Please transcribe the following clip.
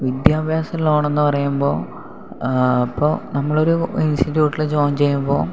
വിദ്യാഭ്യാസ ലോൺ എന്ന് പറയുമ്പോൾ ഇപ്പോൾ നമ്മളൊരു ഇൻസ്റ്റിറ്റ്യുട്ടിൽ ജോയിൻ ചെയ്യുമ്പോൾ